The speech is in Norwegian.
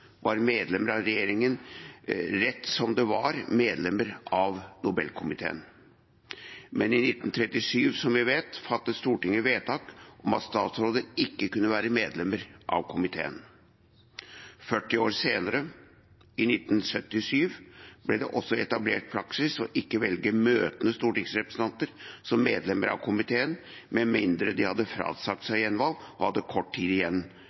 var medlemmer av regjeringen rett som det var medlemmer av Nobelkomiteen, men i 1937, som vi vet, fattet Stortinget vedtak om at statsråder ikke kunne være medlemmer av komiteen. 40 år senere, i 1977, ble det også etablert praksis ikke å velge møtende stortingsrepresentanter som medlemmer av komiteen, med mindre de hadde frasagt seg gjenvalg og hadde kort tid igjen